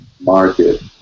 market